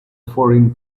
foreign